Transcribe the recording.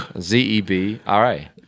Z-E-B-R-A